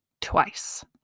twice